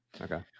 Okay